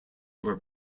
were